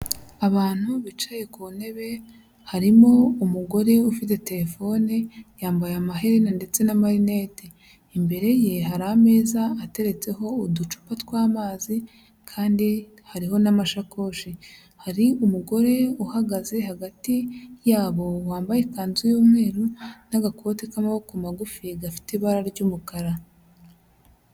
Abantu bicaye ku ntebe, harimo umugore ufite telefone yambaye amaherena ndetse n'amarinete, imbere ye hari ameza ateretseho uducupa tw'amazi kandi hariho n'amashakoshi, hari umugore uhagaze hagati yabo wambaye ikanzu y'umweru n'agakote k'amaboko magufi gafite ibara ry'umukara.